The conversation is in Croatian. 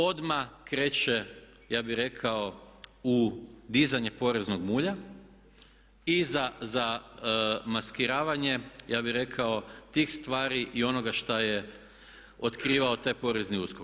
Odmah kreće ja bih rekao u dizanje poreznog mulja i zamaskiravanje ja bih rekao tih stvari i onoga šta je otkrivao taj porezni USKOK.